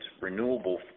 renewable